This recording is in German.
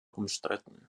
umstritten